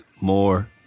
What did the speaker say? more